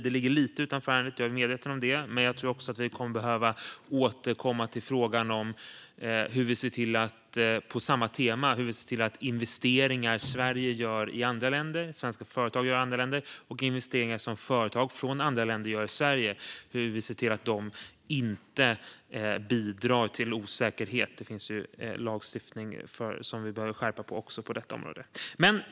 Det ligger lite utanför ärendet - jag är medveten om det - men jag tror också att vi kommer att behöva återkomma till frågan om hur vi på samma tema ser till att investeringar Sverige och svenska företag gör i andra länder och investeringar som företag från andra länder gör i Sverige inte bidrar till osäkerhet. Det finns lagstiftning som vi behöver skärpa också på detta område.